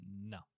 No